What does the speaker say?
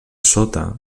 sota